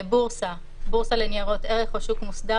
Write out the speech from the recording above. "בורסה" בורסה לניירות ערך או שוק מוסדר